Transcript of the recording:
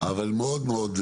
אבל מאוד מאוד,